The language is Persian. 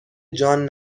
جان